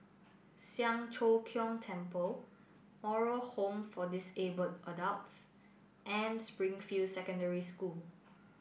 Siang Cho Keong Temple Moral Home for disabled adults and Springfield Secondary School